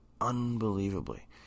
Unbelievably